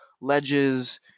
ledges